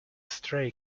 stray